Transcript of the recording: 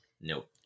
Nope